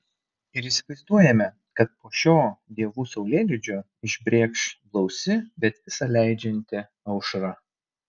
ir įsivaizduojame kad po šio dievų saulėlydžio išbrėkš blausi bet visa leidžianti aušra